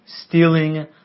stealing